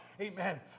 amen